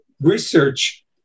research